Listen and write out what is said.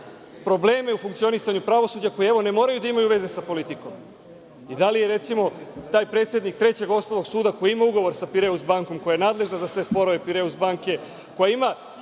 probleme u funkcionisanju pravosuđa koji, evo, ne moraju da imaju veze sa politikom. Da li je, recimo, taj predsednik Trećeg osnovnog suda, koji ima ugovor sa „Pireus bankom“, koji je nadležan za sve sporove „Pireus banke“, koji ima